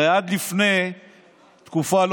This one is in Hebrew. הרי עד לפני תקופה,